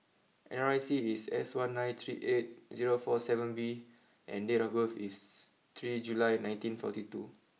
N R I C is S one nine three eight zero four seven V and date of birth is three July nineteen forty two